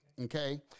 okay